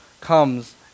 comes